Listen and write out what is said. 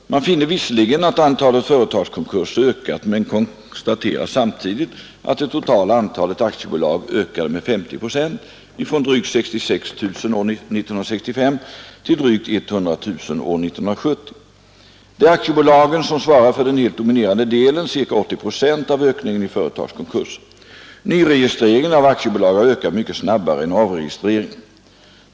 Man finner visserligen att antalet företagskonkurser ökat men konstaterar samtidigt att det totala antalet aktiebolag ökade med 50 procent — ifrån drygt 66 000 år 1965 till drygt 100 000 år 1970. Det är aktiebolagen som svarar för den helt dominerande delen — ca 80 procent av ökningen i företagskonkurser. Nyregistreringen av aktiebolag har ökat mycket snabbare än avregistreringen.